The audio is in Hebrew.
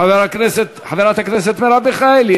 חבר הכנסת עבד אל חכים חאג' יחיא,